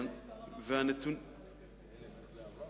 שר האוצר אמר שאין כוונה לקצץ.